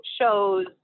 shows